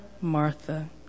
Martha